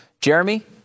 Jeremy